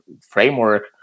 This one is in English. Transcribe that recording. framework